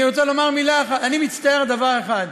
אני רוצה לומר מילה, אני מצטער על דבר אחד,